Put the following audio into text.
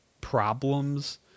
problems